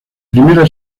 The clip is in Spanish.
primera